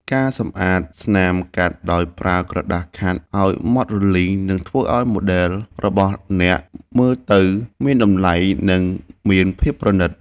ការសម្អាតស្នាមកាត់ដោយប្រើក្រដាសខាត់អោយម៉ដ្តរលីងនឹងធ្វើឱ្យម៉ូដែលរបស់អ្នកមើលទៅមានតម្លៃ និងមានភាពប្រណីត។